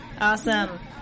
Awesome